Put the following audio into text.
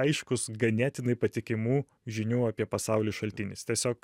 aiškus ganėtinai patikimų žinių apie pasaulį šaltinis tiesiog